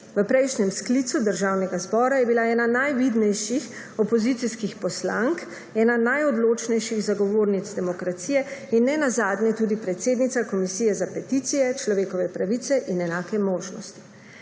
V prejšnjem sklicu Državnega zbora je bila ena najvidnejših opozicijskih poslank, ena najodločnejših zagovornic demokracije in ne nazadnje tudi predsednica Komisije za peticije, človekove pravice in enake možnosti.